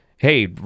Hey